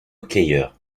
hockeyeur